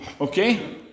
Okay